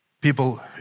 People